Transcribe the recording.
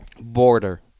border